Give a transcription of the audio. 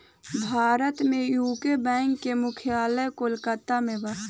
भारत में UCO bank के मुख्यालय कोलकाता में बा